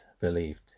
believed